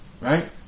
right